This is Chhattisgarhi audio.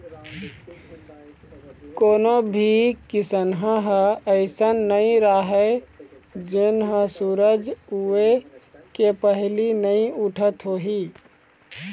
कोनो भी किसनहा ह अइसन नइ राहय जेन ह सूरज उए के पहिली नइ उठत होही